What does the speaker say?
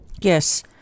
Yes